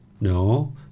No